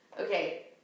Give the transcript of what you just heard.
Okay